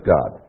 God